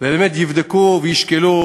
ובאמת יבדקו וישקלו,